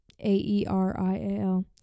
a-e-r-i-a-l